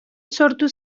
sortu